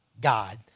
God